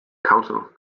counsel